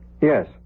Yes